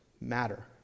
matter